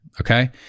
okay